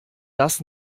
das